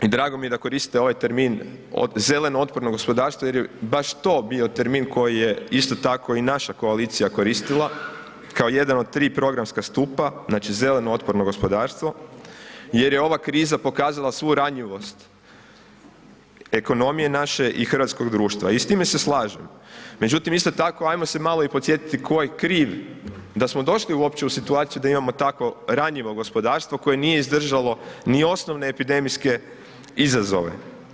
I drago mi je da koriste ovaj termin „zeleno otporno gospodarstvo“ jer je baš to bio termin koji je isto tako i naša koalicija koristila kao jedan od tri programska stupa, znači zeleno otporno gospodarstvo jer je ova kriza pokazala svu ranjivost ekonomije naše i hrvatskog društva i s time se slažem međutim isto tako ajmo se malo i podsjetiti ko je kriv da smo došli uopće u situaciju da imamo tako ranjivo gospodarstvo koje nije izdržalo ni osnovne epidemijske izazove.